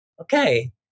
okay